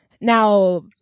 Now